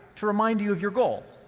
to remind you of your goal.